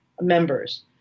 members